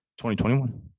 2021